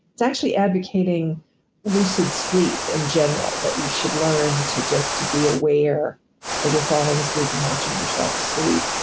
it's actually advocating lucid sleep in general, but you should learn to to be aware as you're falling asleep and watching yourself sleep.